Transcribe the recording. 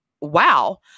wow